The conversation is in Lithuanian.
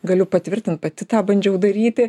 galiu patvirtint pati tą bandžiau daryti